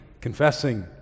confessing